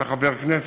ואתה חבר כנסת